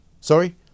Sorry